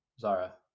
Zara